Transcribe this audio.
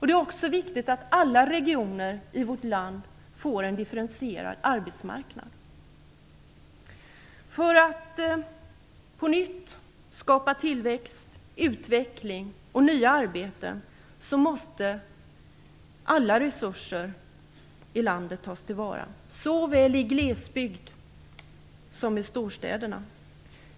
Det är också viktigt att alla regioner i vårt land får en differentierad arbetsmarknad. För att på nytt skapa tillväxt, utveckling och nya arbeten måste alla resurser i landet tas till vara, såväl i glesbygderna som i storstäderna.